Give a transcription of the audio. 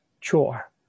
chore